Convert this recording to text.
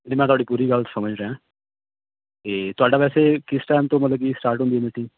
ਜੀ ਮੈਂ ਤੁਹਾਡੀ ਪੂਰੀ ਗੱਲ ਸਮਝ ਰਿਹਾ ਅਤੇ ਤੁਹਾਡਾ ਵੈਸੇ ਕਿਸ ਟਾਈਮ ਤੋਂ ਮਤਲਬ ਕਿ ਸਟਾਰਟ ਹੁੰਦੀ ਮੀਟਿੰਗ